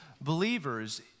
believers